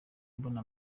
mbona